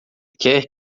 quer